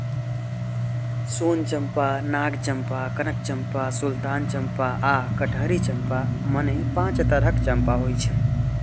सोन चंपा, नाग चंपा, कनक चंपा, सुल्तान चंपा आ कटहरी चंपा, मने पांच तरहक चंपा होइ छै